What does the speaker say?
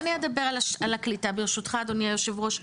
אני אדבר על הקליטה, ברשותך, אדוני יושב הראש,